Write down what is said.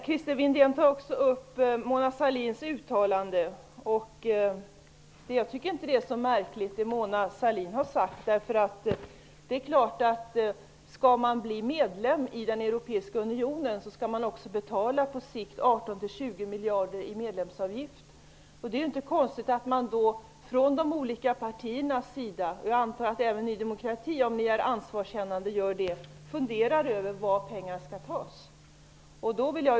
Christer Windén tog också upp Mona Sahlins uttalande. Jag tycker inte att det Mona Sahlin har sagt är så märkligt. Skall Sverige bli medlem i europeiska unionen, måste Sverige på sikt betala 18--20 miljarder i medlemsavgifter. Det är inte konstigt att de olika partierna funderar över var pengarna skall tas från. Jag antar att även Ny demokrati känner ett visst ansvar och funderar.